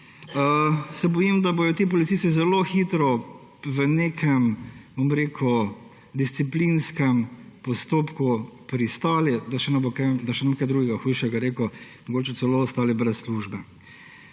Se bojim, da bodo ti policisti zelo hitro v nekem disciplinskem postopku pristali, da še ne bom kaj drugega hujšega rekel, mogoče celo ostali brez službe.